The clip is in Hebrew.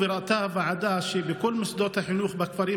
הוועדה ראתה שבכל מוסדות החינוך בכפרים